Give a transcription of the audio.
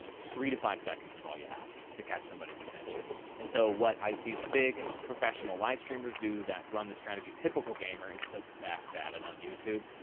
three to five seconds is all you have to catch somebody's attention. and so what i see the big professional live streamers do that run this strategy, typical gamer is the best at it on youtube.